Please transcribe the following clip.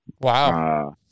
Wow